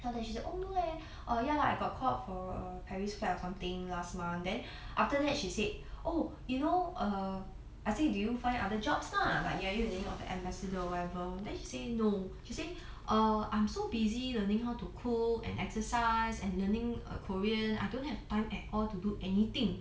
and then she said oh no leh err ya lah I got called up for paris flight or something last month then after that she said oh you know uh I say do you find other jobs lah like are you any of the ambassador or whatever then she say no she say err I'm so busy learning how to cook and exercise and learning err korean I don't have time at all to do anything